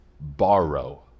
borrow